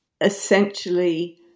essentially –